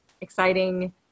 exciting